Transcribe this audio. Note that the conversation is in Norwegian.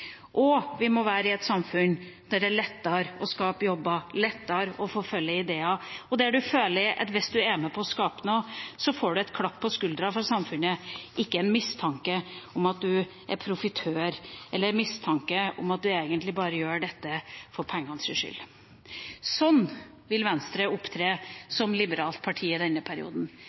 framtida. Vi må være et samfunn der det er lettere å skape jobber, lettere å forfølge ideer, og der man føler at hvis man er med på å skape noe, får man et klapp på skulderen fra samfunnet, ikke en mistanke om at man er profitør, eller mistanke om at man egentlig bare gjør dette for pengenes skyld. Sånn vil Venstre opptre som liberalt parti i denne perioden.